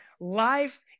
life